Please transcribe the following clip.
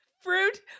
fruit